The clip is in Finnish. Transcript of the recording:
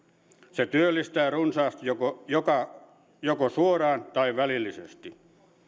se työllistää runsaasti joko suoraan tai välillisesti